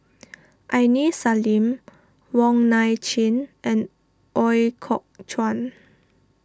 Aini Salim Wong Nai Chin and Ooi Kok Chuen